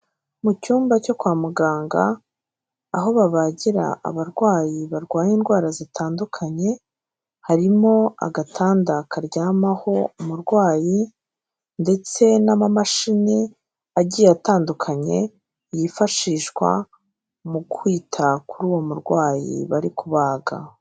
Mu cyumba cyo kwa muganga, aho babagira abarwayi barwaye indwara zitandukanye, harimo agatanda karyamaho umurwayi, ndetse n'amamashini agiye atandukanye, yifashishwa mu kwita kuri uwo murwayi, bari kubaga.